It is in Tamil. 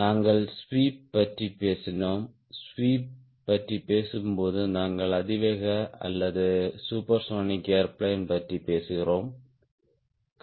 நாங்கள் ஸ்வீப் பற்றி பேசினோம் ஸ்வீப் பற்றி பேசும்போது நாங்கள் அதிவேக அல்லது சூப்பர்சோனிக் ஏர்பிளேன் பற்றி பேசுகிறோம்